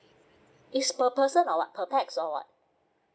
it's per person or what per pax or what